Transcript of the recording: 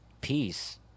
peace